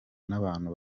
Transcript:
n’abantu